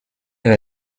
and